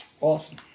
Awesome